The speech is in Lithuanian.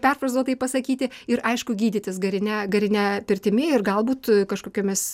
perfrazuotai pasakyti ir aišku gydytis garine garine pirtimi ir galbūt kažkokiomis